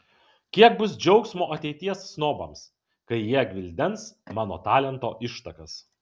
kiek bus džiaugsmo ateities snobams kai jie gvildens mano talento ištakas